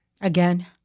Again